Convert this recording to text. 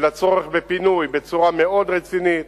ולצורך בפינוי בצורה מאוד רצינית,